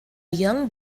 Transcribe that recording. young